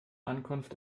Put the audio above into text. ankunft